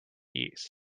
east